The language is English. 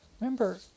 Remember